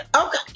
Okay